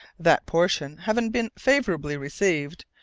that portion having been favourably received,